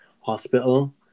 hospital